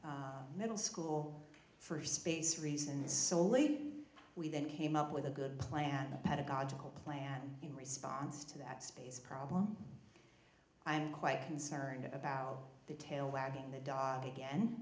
middle school for space reasons so lame we then came up with a good plan a pedagogical plan in response to that space problem i'm quite concerned about the tail wagging the dog again